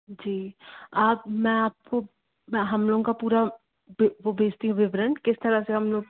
जी आप मैं आपको हम लोगों का पूरा वो भेजती हूँ विवरण किस तरह से हम लोग